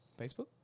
Facebook